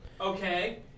Okay